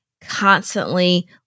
constantly